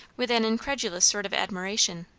with an incredulous sort of admiration.